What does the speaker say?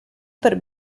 per